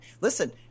Listen